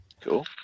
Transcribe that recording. Cool